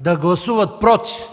да гласуват „против”,